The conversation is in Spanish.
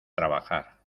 trabajar